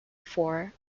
for